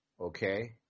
okay